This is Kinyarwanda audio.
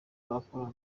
bagakora